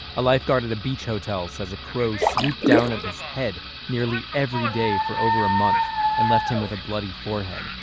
a lifeguard at a beach hotel says a crow swooped down at his head nearly every day for over a month and left him with a bloody forehead.